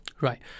Right